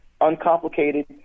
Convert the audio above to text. uncomplicated